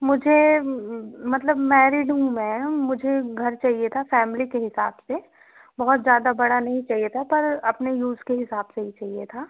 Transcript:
मुझे मतलब मैरिड हूँ मैं मुझे घर चाहिए था फैमिली के हिसाब से बहुत ज़्यादा बड़ा नहीं चाहिए था पर अपने यूज़ के हिसाब से ही चाहिए था